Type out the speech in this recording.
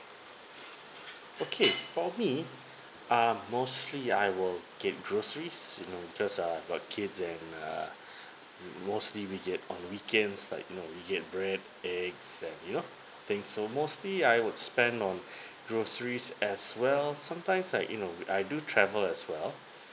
okay for me err mostly I will get groceries you know because I got kid's and err mostly we get on weekends like you know we get breads eggs and you know things so mostly I would spend on groceries as well sometimes like you know I do travel as well